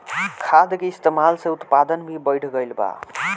खाद के इस्तमाल से उत्पादन भी बढ़ गइल बा